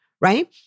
Right